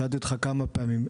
שאלתי אותך כמה פעמים,